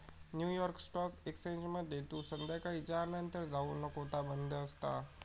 new York stock एक्सचेंजमध्ये तू संध्याकाळी चार नंतर जाऊ नको ता बंद असता